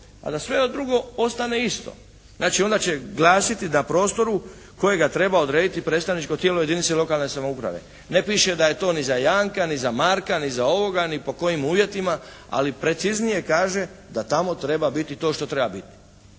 a da sve drugo ostane isto. Znači onda će glasiti da prostoru kojega treba odrediti predstavničko tijelo jedinice lokalne samouprave. Ne piše da je to ni za Janka, ni za Marka, ni za ovoga ni pod kojim uvjetima, ali preciznije kaže da tamo treba biti to što treba biti.